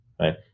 right